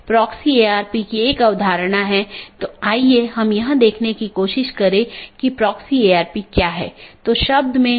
जैसा कि हमने पहले उल्लेख किया है कि विभिन्न प्रकार के BGP पैकेट हैं